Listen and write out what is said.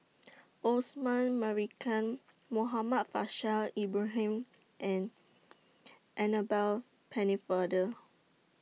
Osman Merican Muhammad Faishal Ibrahim and Annabel Pennefather